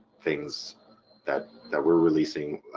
things that that we're releasing.